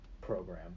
program